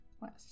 west